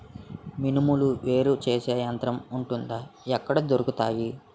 మినుములు వేరు చేసే యంత్రం వుంటుందా? ఎక్కడ దొరుకుతాయి?